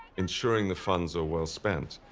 ensuring the funds are well spent,